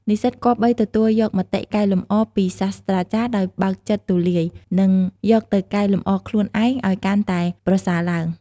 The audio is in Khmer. និស្សិតគប្បី ទទួលយកមតិកែលម្អពីសាស្រ្តាចារ្យដោយបើកចិត្តទូលាយ និងយកទៅកែលម្អខ្លួនឯងឱ្យកាន់តែប្រសើរឡើង។